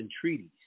treaties